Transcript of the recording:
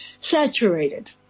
saturated